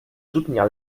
soutenir